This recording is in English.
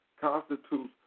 constitutes